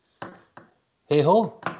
hey-ho